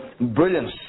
brilliance